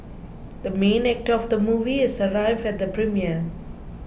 the main actor of the movie has arrived at the premiere